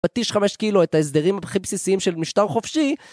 פטיש חמש קילו את ההסדרים הבכי בסיסיים של משטר חופשי